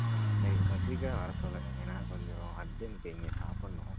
ஆ சரிங்க கொஞ்சம் சீக்கிரம் வர சொல்லுங்கள் ஏன்னா கொஞ்சம் அர்ஜண்ட்டு இங்கே சாப்பிட்ணும்